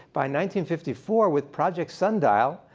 by one fifty four with project sundial,